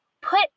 put